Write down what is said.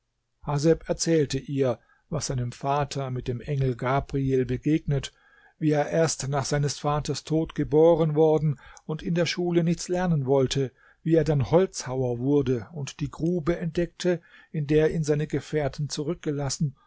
erzählte ihr was seinem vater mit dem engel gabriel begegnet wie er erst nach seines vaters tod geboren worden und in der schule nichts lernen wollte wie er dann holzhauer wurde und die grube entdeckte in der ihn seine gefährten zurückgelassen